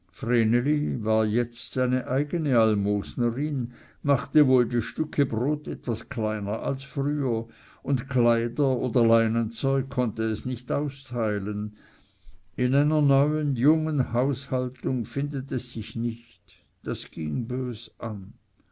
war jetzt seine eigene almosnerin machte wohl die stücke brot etwas kleiner als früher und kleider oder leinenzeug konnte es nicht austeilen in einer neuen jungen haushaltung findet es sich nicht das ging bös an